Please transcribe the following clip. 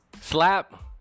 slap